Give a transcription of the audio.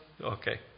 okay